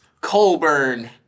Colburn